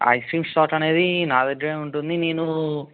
ice cream stock అనేది నా దగ్గరే ఉంటుంది నేను